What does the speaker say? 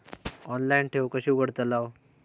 Online ठेव कशी उघडतलाव?